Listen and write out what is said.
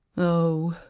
oh!